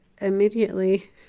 immediately